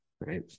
right